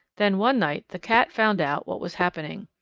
then one night the cat found out what was happening.